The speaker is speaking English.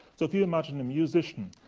so if you imagine a musician,